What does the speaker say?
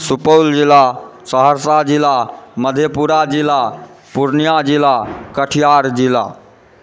सुपौल जिला सहरसा जिला मधेपुरा जिला पूर्णिया जिला कटिहार जिला